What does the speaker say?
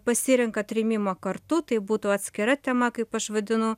pasirenka trėmimą kartu tai būtų atskira tema kaip aš vadinu